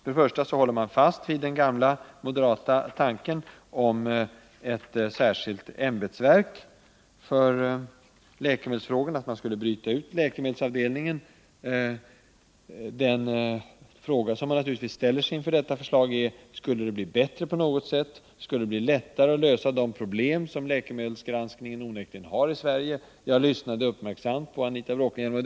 Moderaterna håller fast vid sin gamla tanke på ett särskilt ämbetsverk för läkemedelsfrågorna — vi skulle alltså bryta ut läkemedelsavdelningen ur socialstyrelsen. Den fråga man ställer sig är naturligtvis: Skulle detta medföra att det blev lättare att lösa de problem som läkemedelsgranskningen onekligen har i Sverige? Jag lyssnade uppmärksamt på Anita Bråkenhielms anförande.